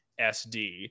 sd